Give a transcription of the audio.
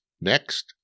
Next